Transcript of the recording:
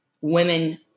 women